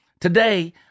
Today